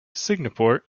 singapore